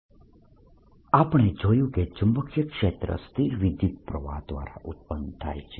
magnetic ફિલ્ડનું divergence અને curl આપણે જોયું કે ચુંબકીય ક્ષેત્ર સ્થિર વિદ્યુતપ્રવાહ દ્વારા ઉત્પન્ન થાય છે